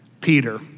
Peter